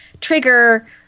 trigger